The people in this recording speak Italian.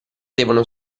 devono